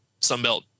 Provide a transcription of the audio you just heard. Sunbelt